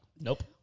Nope